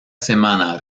semana